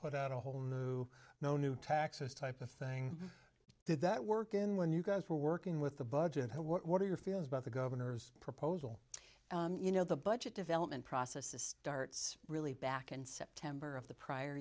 put out a whole new no new taxes type of thing did that work in when you guys were working with the budget what are your feelings about the governor's proposal you know the budget development process is starts really back in september of the prior